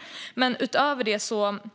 Utöver det jag nämnde tidigare